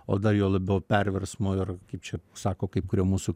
o dar juo labiau perversmo ir kaip čia sako kaip kurio mūsų